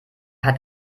hat